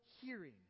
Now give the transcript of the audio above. hearing